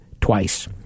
twice